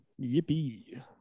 yippee